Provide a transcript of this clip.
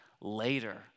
later